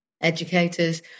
educators